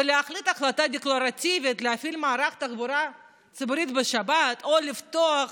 ולהחליט החלטה דקלרטיבית להפעיל מערך תחבורה ציבורית בשבת או לפתוח